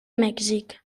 mèxic